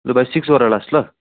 लु भाइ सिक्स गर लास्ट ल